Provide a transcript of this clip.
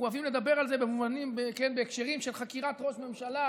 אנחנו אוהבים לדבר על זה בהקשרים של חקירת ראש ממשלה.